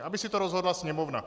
Aby si to rozhodla Sněmovna.